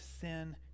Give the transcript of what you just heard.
sin